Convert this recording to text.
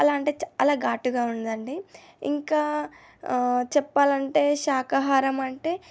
చాలా అంటే చాలా ఘాటుగా ఉందండి ఇంకా చెప్పాలంటే శాఖాహారం అంటే